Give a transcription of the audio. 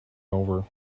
over